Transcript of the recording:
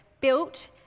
built